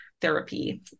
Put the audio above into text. therapy